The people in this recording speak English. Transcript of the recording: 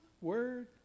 word